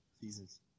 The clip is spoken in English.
seasons